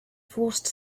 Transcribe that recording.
forced